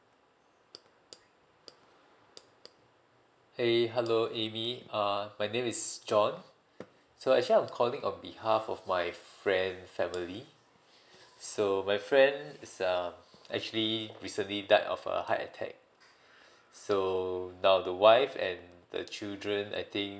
!hey! hello amy uh my name is john so actually I'm calling on behalf of my friend family so my friend is uh actually recently died of a heart attack so now the wife and the children I think